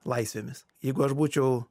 laisvėmis jeigu aš būčiau